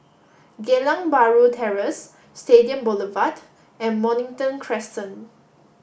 Geylang Bahru Terrace Stadium Boulevard and Mornington Crescent